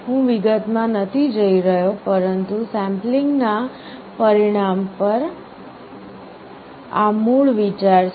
હું વિગતમાં નથી જઈ રહ્યો પરંતુ સેમ્પલિંગ ના પરિણામ પર આ મૂળ વિચાર છે